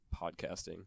podcasting